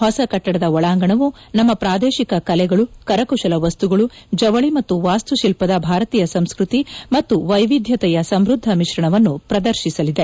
ಹೊಸ ಕಟ್ಟಡದ ಒಳಾಂಗಣವು ನಮ್ಮ ಪ್ರಾದೇಶಿಕ ಕಲೆಗಳು ಕರಕುಶಲ ವಸ್ತುಗಳು ಜವಳಿ ಮತ್ತು ವಾಸ್ತುಶಿಲ್ಪದ ಭಾರತೀಯ ಸಂಸ್ಸ್ತಿತಿ ಮತ್ತು ವೈವಿಧ್ಯತೆಯ ಸಮೃದ್ದ ಮಿಶ್ರಣವನ್ನು ಪ್ರದರ್ಶಿಸಲಿದೆ